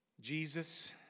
Jesus